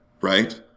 right